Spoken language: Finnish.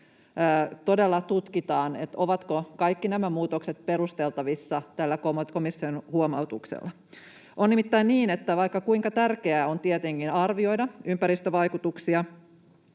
todella tutkitaan, ovatko kaikki nämä muutokset perusteltavissa tällä komission huomautuksella. On nimittäin tietenkin niin, että vaikka kuinka tärkeää on arvioida ympäristövaikutuksia